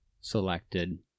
selected